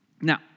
Now